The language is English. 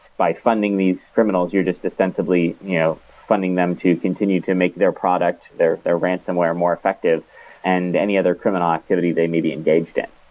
by funding these criminals, you're just extensively you know funding them to continue to make their product, their their ransonware more effective and any other criminal activity they may be engaged in.